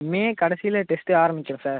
மே கடைசியில டெஸ்ட்டு ஆரம்பிச்சிடும் சார்